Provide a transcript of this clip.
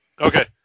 Okay